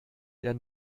der